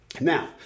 Now